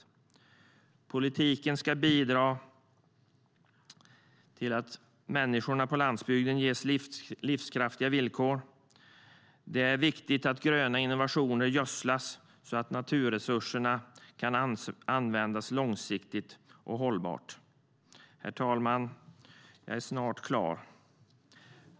Politiken ska bidra till att människorna på landsbygden ges livskraftiga villkor. Det är viktigt att gröna innovationer gödslas så att naturresurserna kan användas långsiktigt och hållbart. Herr talman! Jag är snart klar.